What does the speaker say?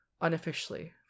unofficially